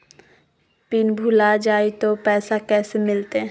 Pin भूला जाई तो पैसा कैसे मिलते?